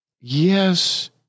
Yes